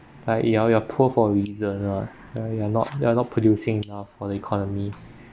like you are you are poor for reason ah you're not you're not producing enough for the economy